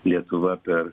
lietuva per